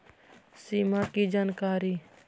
सिमा कि जानकारी?